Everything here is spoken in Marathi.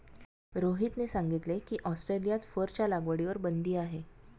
रोहितने सांगितले की, ऑस्ट्रेलियात फरच्या लागवडीवर बंदी आहे